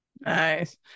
nice